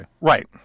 Right